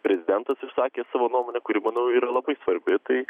prezidentas išsakė savo nuomonę kuri manau yra labai svarbi tai